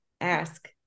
Ask